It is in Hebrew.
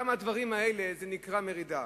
גם הדברים האלה נקראו מרידה.